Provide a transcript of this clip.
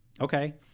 Okay